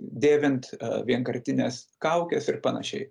dėvint vienkartines kaukes ir panašiai